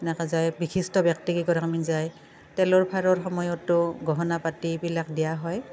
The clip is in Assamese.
এনেকৈ যায় বিশিষ্ট ব্যক্তি কেইগৰাকীমান যায় তেলৰ ভাৰৰ সময়তো গহনা পাতিবিলাক দিয়া হয়